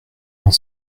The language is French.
dans